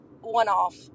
one-off